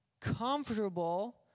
comfortable